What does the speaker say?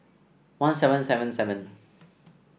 one seven seven seven